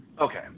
Okay